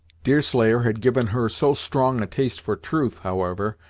deerslayer had given her so strong a taste for truth, however,